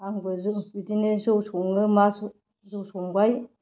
आंबो बिदिनो जौ सङो मा जौ संबाय